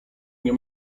nie